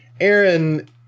aaron